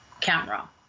camera